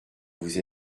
vous